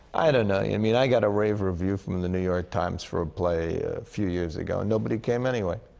i don't know. yeah i mean, i got a rave review from and the new york times for a play a few years ago, and nobody came anyway.